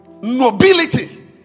nobility